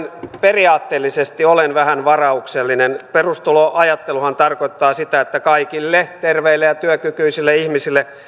periaatteellisesti olen vähän varauksellinen perustuloajatteluhan tarkoittaa sitä että kaikille terveille ja työkykyisille ihmisille